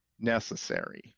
necessary